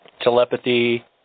telepathy